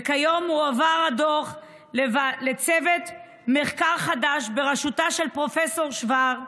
וכיום מועבר הדוח לצוות מחקר חדש בראשותה של פרופ' שוורץ,